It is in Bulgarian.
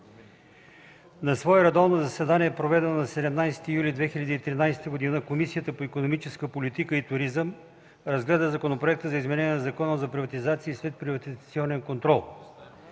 На свое редовно заседание, проведено на 17 юли 2013 г., Комисията по икономическата политика и туризъм разгледа Законопроекта за изменение на Закона за приватизация и следприватизационен контрол.